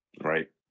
right